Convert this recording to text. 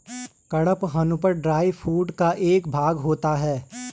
कड़पहनुत dry food का एक भाग होता है